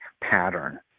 pattern